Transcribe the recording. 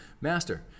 Master